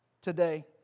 today